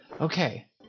Okay